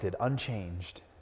unchanged